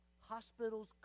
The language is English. hospitals